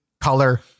color